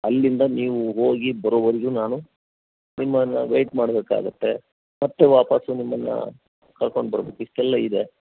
ಅಲ್ಲಿಂದ ನೀವು ಹೋಗಿ ಬರೋವರೆಗು ನಾನು ನಿಮ್ಮನ್ನ ವೇಯ್ಟ್ ಮಾಡಬೇಕಾಗುತ್ತೆ ಮತ್ತೆ ವಾಪಾಸ್ಸು ನಿಮ್ಮನ್ನ ಕರ್ಕೊಂಡು ಬರ್ಬೇಕು ಇಷ್ಟೆಲ್ಲ ಇದೆ